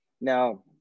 Now